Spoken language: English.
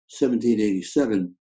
1787